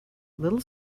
little